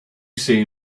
say